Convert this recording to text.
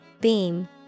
Beam